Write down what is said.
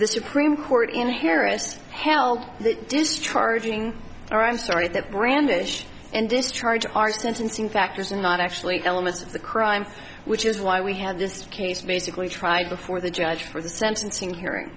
the supreme court in here us held the discharging all right sorry that brandish and discharge are sentencing factors and not actually elements of the crime which is why we had this case basically tried before the judge for the sentencing hearing